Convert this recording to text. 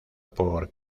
por